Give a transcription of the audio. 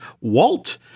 Walt